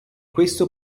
questo